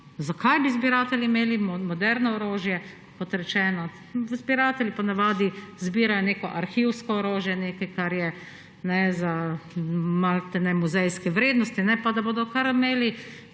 Zakaj bi zbiratelji imeli moderno orožje? Zbiratelji ponavadi zbirajo neko arhivsko orožje, nekaj, ki je malodane muzejske vrednosti, ne pa, da bodo imeli